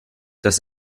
das